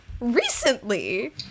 recently